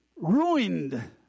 ruined